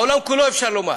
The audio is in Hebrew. העולם כולו, אפשר לומר,